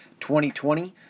2020